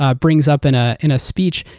ah brings up in ah in a speech,